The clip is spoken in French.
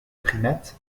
primates